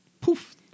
poof